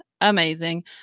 amazing